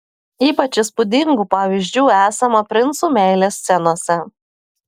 ypač įspūdingų pavyzdžių esama princų meilės scenose